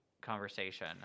conversation